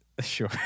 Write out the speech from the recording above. Sure